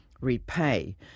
repay